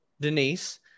Denise